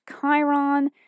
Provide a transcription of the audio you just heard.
Chiron